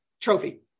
Trophy